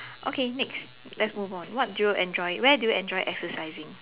okay next let's move on what do you enjoy where do you enjoy exercising